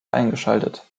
eingeschaltet